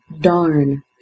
darn